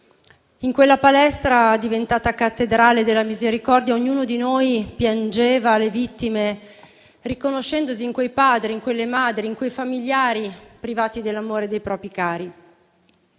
In quella palestra diventata cattedrale della misericordia, ognuno di noi piangeva le vittime riconoscendosi in quei padri, in quelle madri, in quei familiari privati dell'amore dei propri cari.